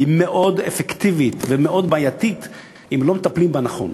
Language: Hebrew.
היא מאוד אפקטיבית ומאוד בעייתית אם לא מטפלים בה נכון.